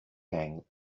gang